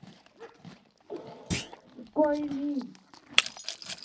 कोई निं फुल्कै थ्होई जाने जे थुआढी मरजी